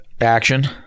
action